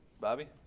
bobby